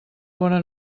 bona